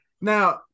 Now